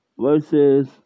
versus